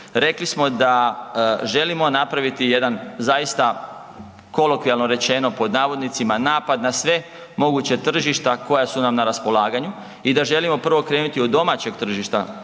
Rekli smo da želimo napraviti jedan zaista kolokvijalno rečeno pod navodnicima napad na sve moguće tržišta koja su nam na raspolaganju i da želimo prvo krenuti od domaćeg tržišta